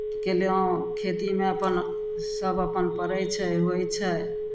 कयलहुँ खेतीमे अपन सभ अपन पड़ै छै होइ छै